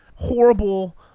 Horrible